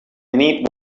need